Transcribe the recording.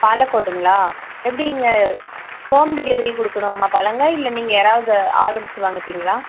பாலக்கோடுங்களா எப்படி இங்கே home delivery கொடுக்கணுமா பழங்க இல்லை நீங்கள் யாராவது ஆளு வச்சு வாங்கிப்பீங்களா